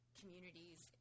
communities